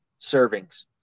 servings